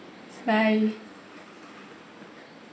bye